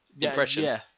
impression